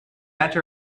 center